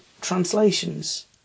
translations